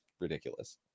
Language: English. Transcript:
ridiculous